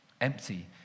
Empty